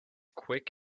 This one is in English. quick